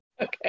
Okay